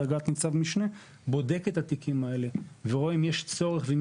בדרגת ניצב משנה בודק את התיקים האלה ורואה אם יש צורך ואם